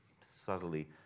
subtly